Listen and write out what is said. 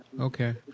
Okay